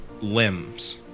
limbs